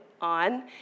on